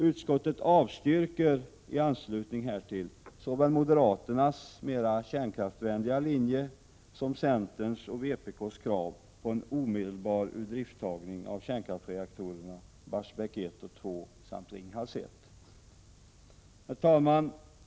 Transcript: Utskottet avstyrker i anslutning härtill såväl moderaternas mera kärnkraftsvänliga linje som centerns och vpk:s krav på en omedelbar urdrifttagning av kärnkraftsreaktorerna Barsebäck 1 och 2 samt Ringhals 1. Herr talman!